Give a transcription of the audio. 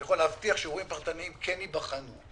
אני יכול להבטיח שאירועים פרטניים כן ייבחנו.